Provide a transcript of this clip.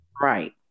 right